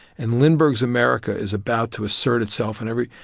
and lindbergh's america is about to assert itself on every.